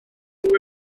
ddim